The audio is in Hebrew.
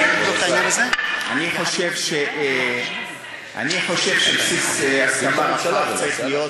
אני חושב שבסיס הסכמה רחב צריך להיות,